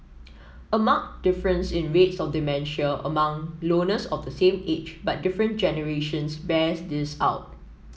a marked difference in rates of dementia among loners of the same age but different generations bears this out